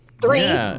Three